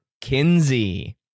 *Kinsey*